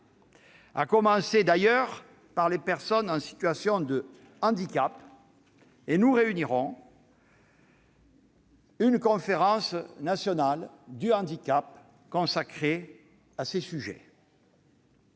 à commencer par les personnes en situation de handicap. Nous réunirons une Conférence nationale du handicap consacrée à ces sujets.